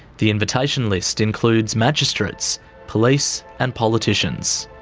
the invitation list includes magistrates, police, and politicians.